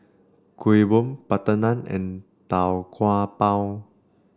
Kuih Bom butter naan and Tau Kwa Pau